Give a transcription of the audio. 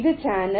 இது சேனல்